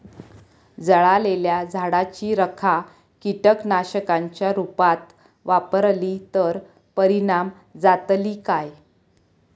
जळालेल्या झाडाची रखा कीटकनाशकांच्या रुपात वापरली तर परिणाम जातली काय?